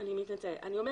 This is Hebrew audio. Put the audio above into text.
אני אומרת,